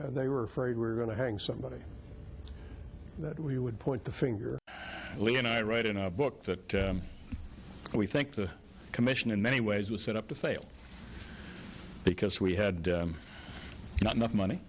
and they were afraid we're going to hang somebody that we would point the finger lickin i write in a book that we think the commission in many ways was set up to fail because we had not enough money